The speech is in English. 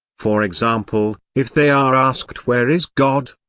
for example, if they are asked where is god,